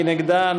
מי נגדה?